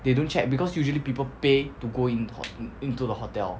they don't check because usually people pay to go in ho~ into the hotel